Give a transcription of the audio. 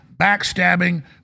backstabbing